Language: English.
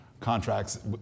contracts